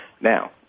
Now